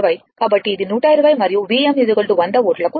కాబట్టి ఇది 120 మరియు Vm 100 వోల్ట్లకు సమానం